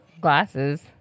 glasses